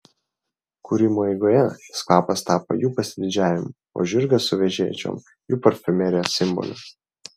kūrimo eigoje šis kvapas tapo jų pasididžiavimu o žirgas su vežėčiom jų parfumerijos simboliu